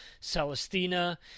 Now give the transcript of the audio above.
Celestina